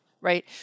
right